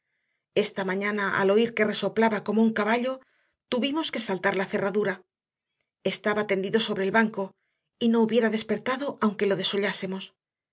esta mañana al oír que resoplaba como un caballo tuvimos que saltar la cerradura estaba tendido sobre el banco y no hubiera despertado aunque le